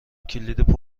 کلید